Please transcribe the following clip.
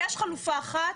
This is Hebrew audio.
יש חלופה אחת,